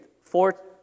four